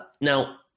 Now